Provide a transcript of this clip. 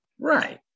Right